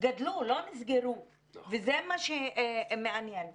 לא נסגרו, וזה מה שמעניין.